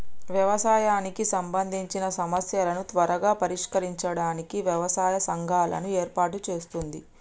వ్యవసాయానికి సంబందిచిన సమస్యలను త్వరగా పరిష్కరించడానికి వ్యవసాయ సంఘాలను ఏర్పాటు చేస్తుంది